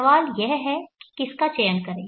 सवाल यह है की किसका चयन करें